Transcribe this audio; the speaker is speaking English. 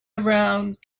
around